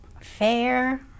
fair